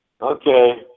Okay